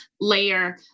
layer